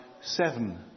seven